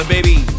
Baby